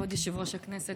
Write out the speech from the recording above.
כבוד יושב-ראש הכנסת,